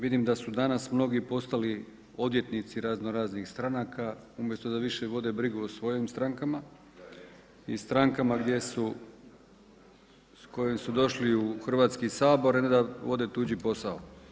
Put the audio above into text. Vidim da su danas mnogi postali odvjetnici razno raznih stranaka, umjesto da više vode brigu os svojim strankama i strankama gdje su, s kojih su došli u Hrvatski sabor, a ne da vode tuđi posao.